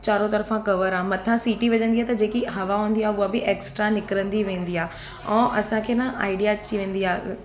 चारों तर्फ़ां कवर आहे मथां सीटी वॼंदी आहे त जेकी हवा हूंदी आहे उहा बि एक्स्ट्रा निकिरंदी वेंदी आहे ऐं असांखे न आईडिया अची वेंदी आहे